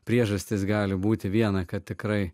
priežastis gali būti viena kad tikrai